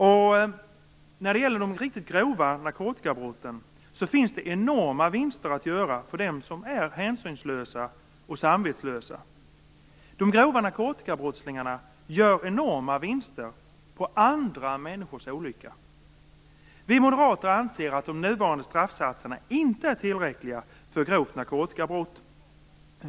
I fråga om de riktigt grova narkotikabrotten finns det enorma vinster att göra för dem som är hänsynslösa och samvetslösa. De grova narkotikabrottslingarna gör enorma vinster på andra människors olycka. Vi moderater anser att de nuvarande straffsatserna inte är tillräckliga för grovt narkotikabrott.